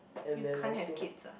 you can't have kids ah